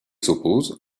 s’opposent